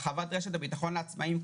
הרחבת רשת הביטחון לעצמאים,